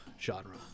genre